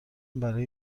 برای